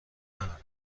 ندارم